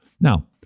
Now